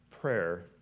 prayer